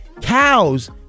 Cows